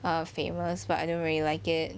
err famous but I don't really like it